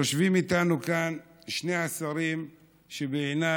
יושבים איתנו כאן שני השרים שבעיניי